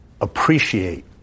appreciate